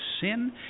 sin